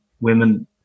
women